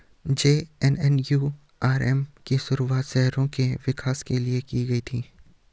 JNNURM की शुरुआत शहरों के विकास के लिए की गई थी